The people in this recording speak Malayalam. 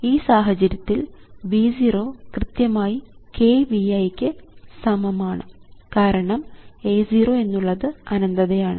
ഈ സാഹചര്യത്തിൽ V 0 കൃത്യമായി k V i ക്ക് സമമാണ് കാരണം A0 എന്നുള്ളത് അനന്തയാണ്